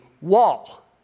wall